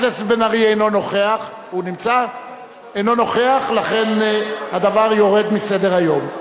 אינו נוכח, לכן הדבר יורד מסדר-היום.